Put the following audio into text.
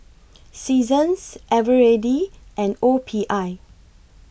Seasons Eveready and O P I